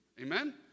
Amen